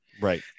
Right